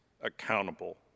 accountable